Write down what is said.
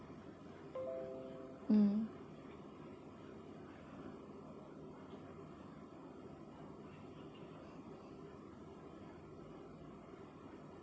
mm